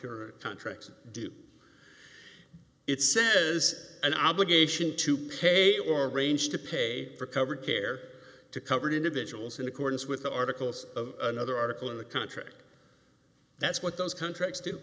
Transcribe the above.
cure contracts do it says an obligation to pay or arrange to pay for cover care to cover to individuals in accordance with the articles of another article of the contract that's what those contracts